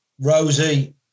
Rosie